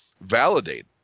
validate